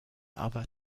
other